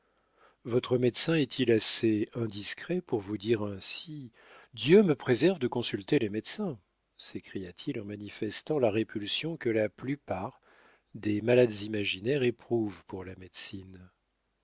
votre médecin est-il assez indiscret pour vous dire ainsi dieu me préserve de consulter les médecins s'écria-t-il en manifestant la répulsion que la plupart des malades imaginaires éprouvent pour la médecine